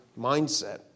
mindset